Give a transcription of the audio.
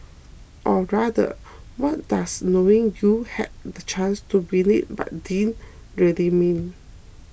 or rather what does knowing you had the chance to win it but didn't really mean